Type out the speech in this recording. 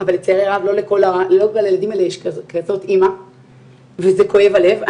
אבל לצערי הרב לא לכל הילדים האלה יש כזאת אמא וזה כואב הלב.